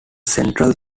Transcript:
central